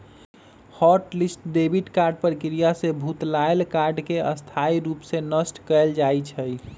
hot list debit card प्रक्रिया से भुतलायल कार्ड के स्थाई रूप से नष्ट कएल जाइ छइ